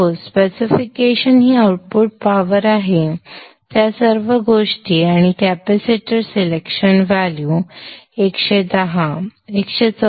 तर हो स्पेसिफिकेशन्स ही आउटपुट पॉवर आहे त्या सर्व गोष्टी आणि कॅपेसिटर सिलेक्शन व्हॅल्यू 110 114